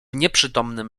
nieprzytomnym